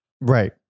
Right